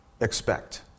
expect